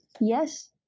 yes